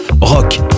Rock